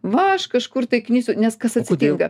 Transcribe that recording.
va aš kažkur tai knisiu nes kas atsitinka